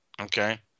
Okay